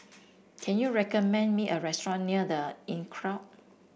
can you recommend me a restaurant near The Inncrowd